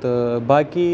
تہٕ باقٕے